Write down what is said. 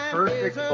Perfect